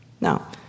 Now